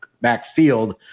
backfield